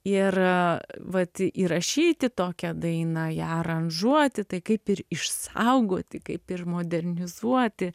ir vat įrašyti tokią dainą ją aranžuoti tai kaip ir išsaugoti kaip ir modernizuoti